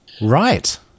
Right